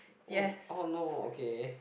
oh oh no okay